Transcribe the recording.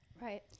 Right